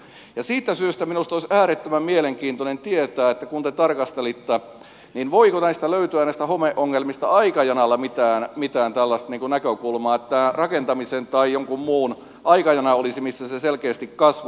ja siitä syystä minusta olisi äärettömän mielenkiintoista tietää kun te tarkastelitte tätä voiko näistä homeongelmista löytyä aikajanalla mitään tällaista näkökulmaa että olisi rakentamisen tai jonkun muun aikajana missä se selkeästi kasvoi